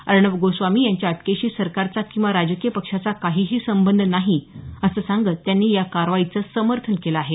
अर्णब गोस्वामी यांच्या अटकेशी सरकारचा किंवा राजकीय पक्षाचा काहीही संबंध नाही असं सांगत त्यांनी या कारवाईचं समर्थन केलं आहे